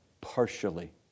partially